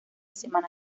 semana